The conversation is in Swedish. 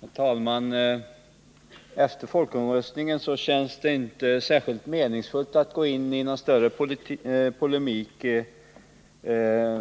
Herr talman! Efter folkomröstningen känns det inte särskilt meningsfullt att gå in i någon polemik